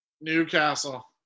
Newcastle